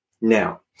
Now